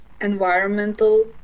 environmental